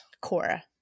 Cora